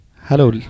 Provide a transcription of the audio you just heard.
Hello